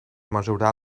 mesurar